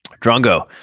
Drongo